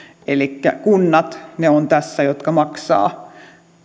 elikkä kunnat ovat tässä ne jotka maksavat